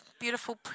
Beautiful